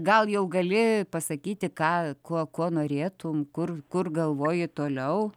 gal jau gali pasakyti ką kuo kuo norėtum kur kur galvoji toliau